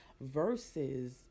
versus